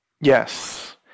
Yes